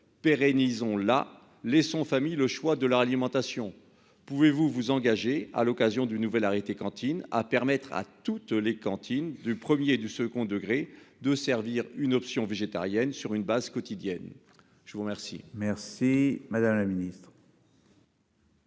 Pérennisons là. Laissons famille le choix de leur alimentation pouvez-vous vous engager à l'occasion du nouvel arrêté cantine à permettre à toutes les cantines du 1er et du second degré de servir une option végétarienne sur une base quotidienne. Je vous remercie. Merci madame la ministre.